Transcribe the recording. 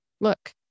look